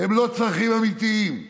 הם לא צרכים אמיתיים.